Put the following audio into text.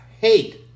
hate